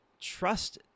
trust